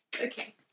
Okay